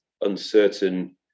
uncertain